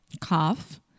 Cough